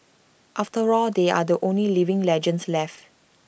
after all they are the only living legends left